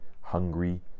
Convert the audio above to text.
hungry